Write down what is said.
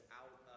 out